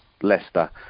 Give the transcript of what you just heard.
Leicester